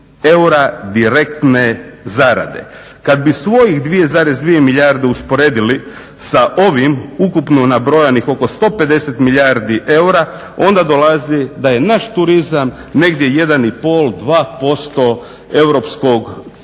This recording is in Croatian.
eura direkte zarade. Kad bi svojih 2,2 milijarde usporedili sa ovim ukupno nabrojanih oko 150 milijardi eura onda dolazi da je naš turizam negdje 1,5, 2% europskog turizma